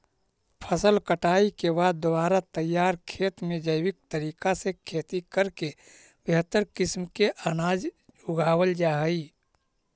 फसल कटाई के बाद दोबारा तैयार खेत में जैविक तरीका से खेती करके बेहतर किस्म के अनाज उगावल जा हइ